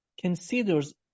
considers